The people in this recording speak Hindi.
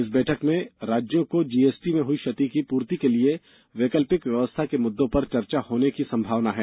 इस बैठक में राज्यों को जीएसटी में हई क्षति की पूर्ति के लिए वैकल्पिक व्यवस्था के मुद्दे पर चर्चा होने की संभावना है